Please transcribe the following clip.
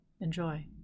Enjoy